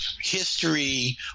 history